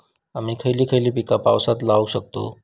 आम्ही खयची खयची पीका पावसात लावक शकतु?